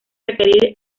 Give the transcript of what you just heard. requerir